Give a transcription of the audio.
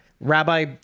Rabbi